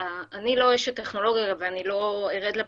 אני לא אשת הטכנולוגיה ואז אני לא ארד לפרטים,